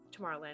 Tomorrowland